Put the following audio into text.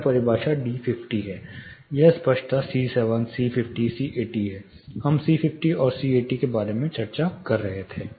यह परिभाषा d50 है यह स्पष्टता c7 c50 c80 है हम c50 और c80 के बारे में चर्चा कर रहे थे